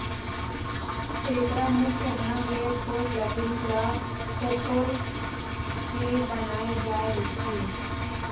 टेपरा मुख्य ढंग ले ठोस लकड़ी ल खोखोल के बनाय जाय रहिथे